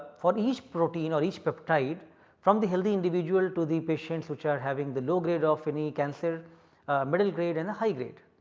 for each protein or each peptide from the healthy individual to the patients which are having the low grade of any cancer middle grade and high grade.